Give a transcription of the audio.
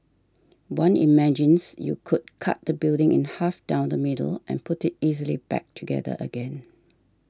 one imagines you could cut the building in half down the middle and put it easily back together again